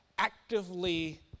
actively